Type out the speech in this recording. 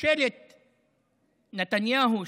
ממשלת נתניהו,